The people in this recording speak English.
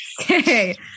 Okay